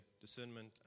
discernment